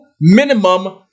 minimum